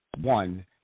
one